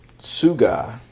suga